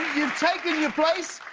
you've taken your place.